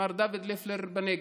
מר דוד לפלר בנגב,